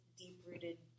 deep-rooted